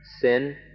sin